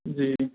جی